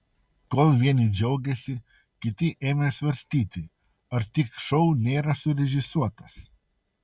kol vieni džiaugėsi kiti ėmė svarstyti ar tik šou nėra surežisuotas